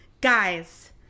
guys